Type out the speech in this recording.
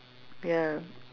ya